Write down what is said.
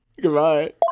Goodbye